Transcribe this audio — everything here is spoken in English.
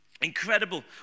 Incredible